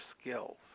skills